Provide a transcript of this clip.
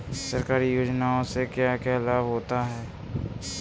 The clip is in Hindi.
सरकारी योजनाओं से क्या क्या लाभ होता है?